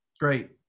great